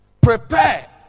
Prepare